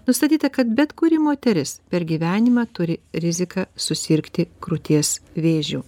nustatyta kad bet kuri moteris per gyvenimą turi riziką susirgti krūties vėžiu